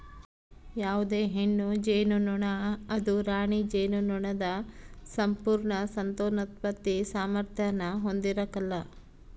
ಯಾವುದೇ ಹೆಣ್ಣು ಜೇನುನೊಣ ಅದು ರಾಣಿ ಜೇನುನೊಣದ ಸಂಪೂರ್ಣ ಸಂತಾನೋತ್ಪತ್ತಿ ಸಾಮಾರ್ಥ್ಯಾನ ಹೊಂದಿರಕಲ್ಲ